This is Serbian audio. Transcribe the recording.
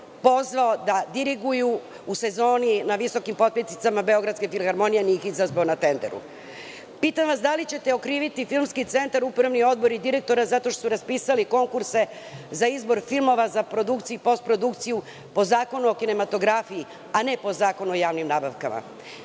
pozvao da diriguju u sezoni na visokim potpeticama Beogradske filharmonije, a nije ih izazvao na tenderu? Pitam vas – da li ćete okriviti Filmski centar, upravni odbor i direktora zato što su raspisali konkurse za izbor filmova za produkciju i postprodukciju po Zakonu o kinematografiji, a ne po Zakonu o javnim nabavkama? Sve